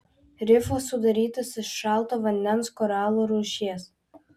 rifas sudarytas iš šalto vandens koralų rūšies